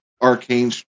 arcane